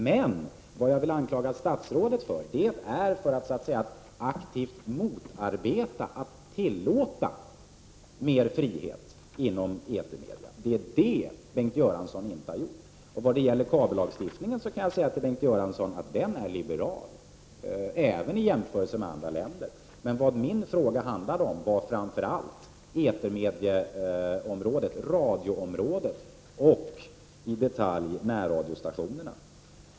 Vad jag däremot vill anklaga statsrådet för är att han aktivt motarbetar större frihet inom etermedia. Detta är vad Bengt Göransson har gjort. Angående kabellagstiftningen kan jag säga att den är liberal även i jämförelse med andra länders lagstiftning. Vad min interpellation handlade om var framför allt etermedieområdet, radioområdet och i detalj närradiostationerna.